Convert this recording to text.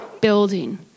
building